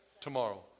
tomorrow